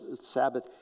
Sabbath